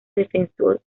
defensor